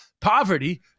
poverty